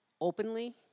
openly